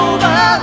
Over